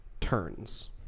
turns